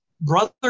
brother